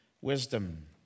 wisdom